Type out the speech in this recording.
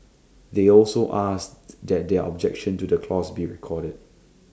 they also asked that their objection to the clause be recorded